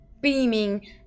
Beaming